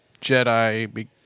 Jedi